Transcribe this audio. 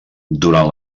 durant